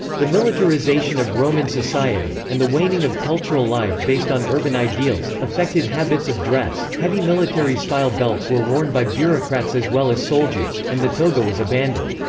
the militarization of roman society, and the waning of cultural life based on urban ideals, affected habits of dress heavy military-style belts were worn by bureaucrats as well as soldiers, and the toga was abandoned.